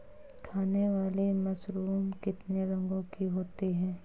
खाने वाली मशरूम कितने रंगों की होती है?